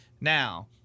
Now